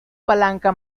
palanca